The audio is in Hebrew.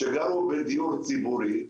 שגרו בדיור ציבורי,